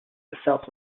yourself